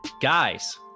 Guys